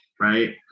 right